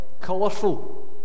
Colourful